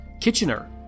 Kitchener